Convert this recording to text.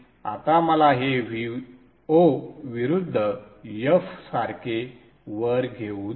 आता मला हे Vo विरुद्ध f सारखे वर घेऊ दे